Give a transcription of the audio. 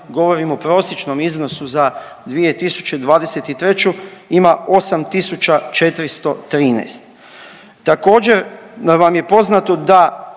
govorimo o prosječnom iznosu za 2023. ima 8413. Također vam je poznato da